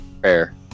Prayer